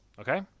Okay